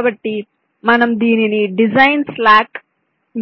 కాబట్టి మనము దీనిని డిజైన్ స్లాక్